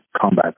combat